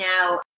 now